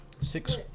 Six